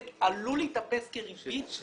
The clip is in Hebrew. זה עלול להיתפס כריבית?